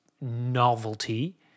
novelty